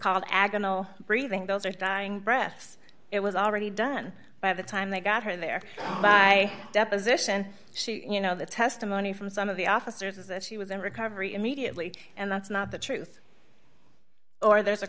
agonal breathing those are dying breasts it was already done by the time they got her there by deposition she you know the testimony from some of the officers was that she was in recovery immediately and that's not the truth or there's a